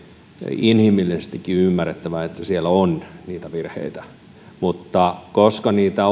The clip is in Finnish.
inhimillisestikin ymmärrettävää että siellä on niitä virheitä mutta koska niitä